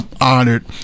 Honored